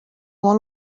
molt